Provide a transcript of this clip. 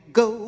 go